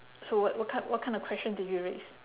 so what what kind what kind of question did you raise